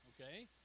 okay